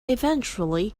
eventually